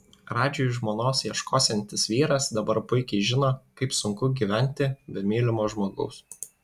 radžiui žmonos ieškosiantis vyras dabar puikiai žino kaip sunku gyventi be mylimo žmogaus